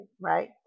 right